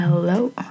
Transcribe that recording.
Hello